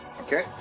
Okay